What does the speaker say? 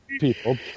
people